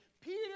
peter